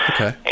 Okay